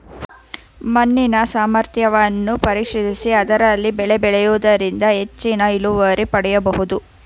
ಮಣ್ಣಿನ ಸಾಮರ್ಥ್ಯವನ್ನು ಪರೀಕ್ಷಿಸಿ ಅದರಲ್ಲಿ ಬೆಳೆ ಬೆಳೆಯೂದರಿಂದ ಹೆಚ್ಚಿನ ಇಳುವರಿ ಪಡೆಯಬೋದು